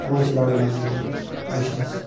تِمن چھُ بڑٕ مزٕ یِوان وٕچھنس